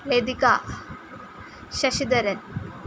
Lathika Sasidharan